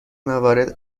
موارد